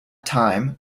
time